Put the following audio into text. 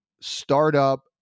startup